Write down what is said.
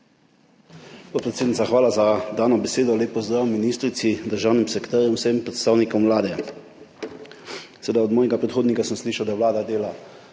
hvala za dano besedo. Lep pozdrav ministrici, državnim sekretarjem, vsem predstavnikom Vlade! Seveda, od mojega predhodnika sem slišal, da Vlada dela.